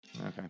Okay